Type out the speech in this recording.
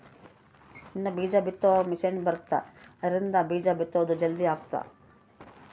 ಇನ್ನ ಬೀಜ ಬಿತ್ತೊ ಮಿಸೆನ್ ಬರುತ್ತ ಆದ್ರಿಂದ ಬೀಜ ಬಿತ್ತೊದು ಜಲ್ದೀ ಅಗುತ್ತ